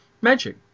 Magic